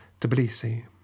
Tbilisi